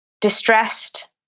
distressed